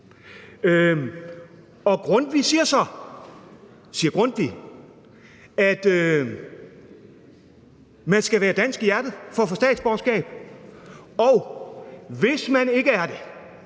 Grundtvig siger så, at man skal være dansk i hjertet for at få statsborgerskab, og hvis man ikke er det,